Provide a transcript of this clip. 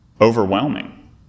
overwhelming